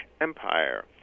empire